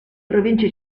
province